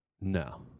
No